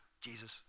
Jesus